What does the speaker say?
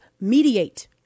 mediate